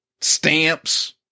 stamps